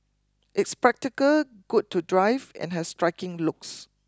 it's practical good to drive and has striking looks